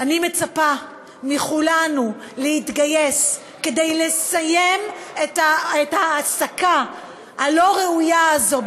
אני מצפה מכולנו להתגייס כדי לסיים את ההעסקה הלא-ראויה הזאת,